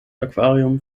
aquarium